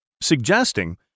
suggesting